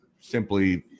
simply